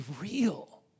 real